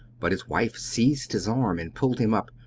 but his wife seized his arm and pulled him up.